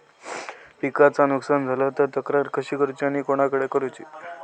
पिकाचा नुकसान झाला तर तक्रार कशी करूची आणि कोणाकडे करुची?